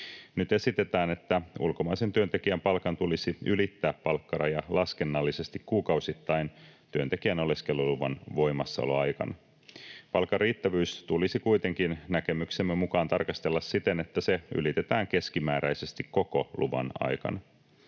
Nyt esitetään, että ulkomaisen työntekijän palkan tulisi ylittää palkkaraja laskennallisesti kuukausittain työntekijän oleskeluluvan voimassaoloaikana. Palkan riittävyyttä tulisi kuitenkin näkemyksemme mukaan tarkastella siten, että se ylitetään keskimääräisesti koko luvan aikana.